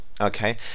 okay